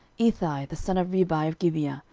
ithai the son of ribai of gibeah,